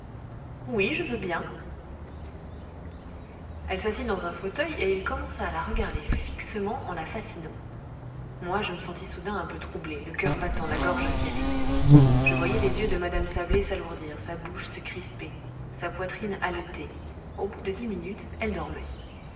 oui je veux bien elle s'assit dans un fauteuil et il commença à la regarder fixement en la fascinant moi je me sentis soudain un peu troublé le coeur battant la gorge serrée je voyais les yeux de mme sablé s'alourdir sa bouche se crisper sa poitrine haleter au bout de dix minutes elle dormait